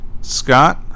Scott